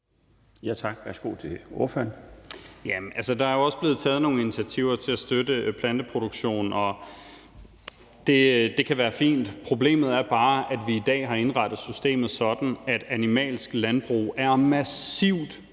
Kl. 21:54 Carl Valentin (SF): Altså, der er jo også blevet taget nogle initiativer til at støtte planteproduktion, og det kan være fint. Problemet er bare, at vi i dag har indrettet systemet sådan, at animalsk landbrug er massivt